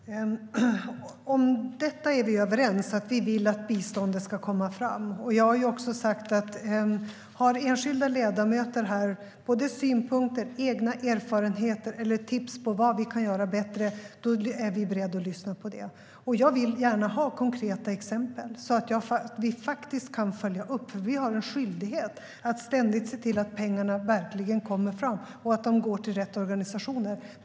Fru talman! Om detta är vi överens; vi vill att biståndet ska komma fram. Jag har sagt att om enskilda ledamöter här har synpunkter, egna erfarenheter eller tips på vad vi kan göra bättre är vi beredda att lyssna. Jag vill gärna ha konkreta exempel, så att vi faktiskt kan följa upp frågan. Vi har en skyldighet att ständigt se till att pengarna verkligen kommer fram och att de går till rätt organisationer.